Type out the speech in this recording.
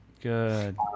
Good